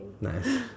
Nice